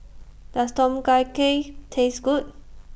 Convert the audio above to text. Does Tom Kha Gai Taste Good